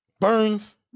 Burns